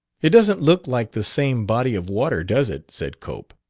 it doesn't look like the same body of water, does it? said cope.